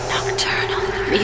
Nocturnal